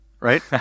right